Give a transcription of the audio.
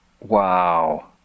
Wow